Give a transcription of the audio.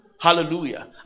Hallelujah